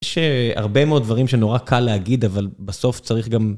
יש הרבה מאוד דברים שנורא קל להגיד, אבל בסוף צריך גם...